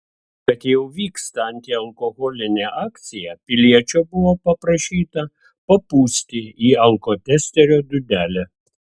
kad jau vyksta antialkoholinė akcija piliečio buvo paprašyta papūsti į alkotesterio dūdelę